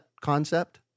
concept